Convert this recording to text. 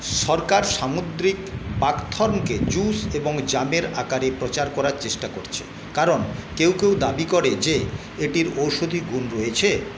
সরকার সামুদ্রিক বাকথর্নকে জুস এবং জামের আকারে প্রচার করার চেষ্টা করছে কারণ কেউ কেউ দাবি করে যে এটির ঔষধি গুণ রয়েছে